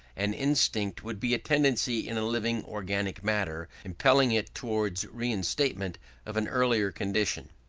an instinct would be a tendency in living organic matter impelling it towards reinstatement of an earlier condition,